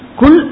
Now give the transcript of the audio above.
kul